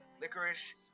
Licorice